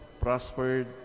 prospered